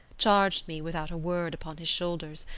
charged me without a word upon his shoulders,